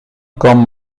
comme